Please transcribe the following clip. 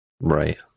Right